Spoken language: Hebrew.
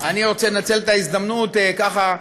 לנצל את ההזדמנות, ככה,